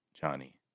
Johnny